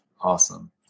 Awesome